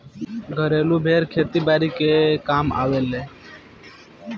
घरेलु भेड़ खेती बारी के कामे आवेले